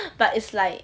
but it's like